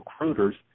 recruiters